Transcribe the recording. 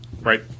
Right